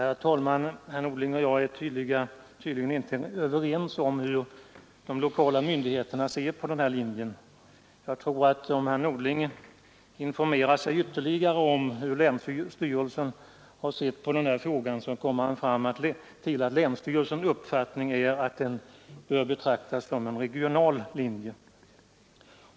Herr talman! Herr Norling och jag är tydligen inte överens om hur de lokala myndigheterna ser på den här linjen. Jag tror att om herr Norling informerar sig ytterligare om hur länsstyrelsen har sett på frågan, så kommer han fram till att länsstyrelsens uppfattning är att linjen bör betraktas som en regional linje.